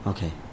Okay